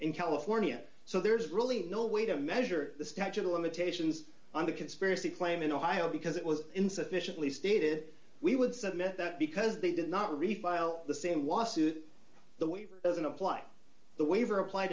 in california so there's really no way to measure the statute of limitations on the conspiracy claim in ohio because it was insufficiently stated we would submit that because they did not refile the same lawsuit the waiver doesn't apply the waiver applied